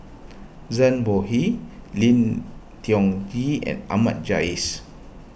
Zhang Bohe Lim Tiong Ghee and Ahmad Jais